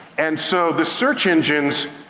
and so, the search engines,